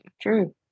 true